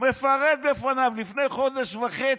מפרט בפניו, לפני חודש וחצי.